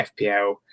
FPL